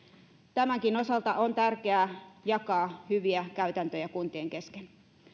tämänkin osalta on tärkeää jakaa hyviä käytäntöjä kuntien kesken